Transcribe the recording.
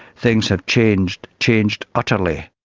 things have changed, changed utterly.